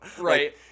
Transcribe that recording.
Right